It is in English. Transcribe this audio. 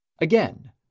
Again